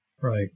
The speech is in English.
Right